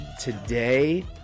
Today